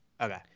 Okay